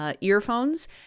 earphones